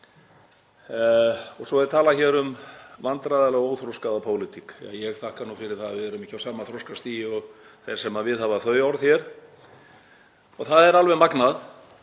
Svo er talað um vandræðalega og óþroskaða pólitík. Ég þakka nú fyrir að við erum ekki á sama þroskastigi og þeir sem viðhafa þau orð hér. Það er alveg magnað